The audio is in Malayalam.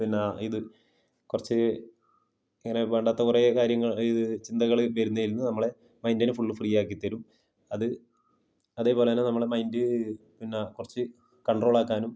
പിന്നെ ഇത് കുറച്ച് ഇങ്ങനെ വേണ്ടാത്ത കുറേ കാര്യങ്ങൾ ചിന്തകൾ വരുന്നതിൽ നിന്ന് നമ്മളെ മൈന്ഡിനെ ഫുള്ള് ഫ്രീ ആക്കിത്തരും അത് അതേപോലെ തന്നെ നമ്മുടെ മൈന്ഡ് പിന്നെ കുറച്ച് കണ്ട്രോളാക്കാനും